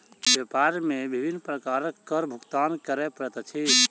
व्यापार मे विभिन्न प्रकारक कर भुगतान करय पड़ैत अछि